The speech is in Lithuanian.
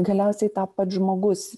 galiausiai tą pats žmogus